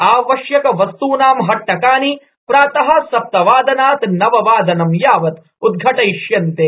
आवश्कवस्तूनां हट्टकानि प्रात सप्तवादनात ज्नव वादनं यावत उदघाटयिष्यन्ते